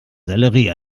sellerie